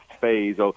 phase